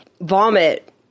Vomit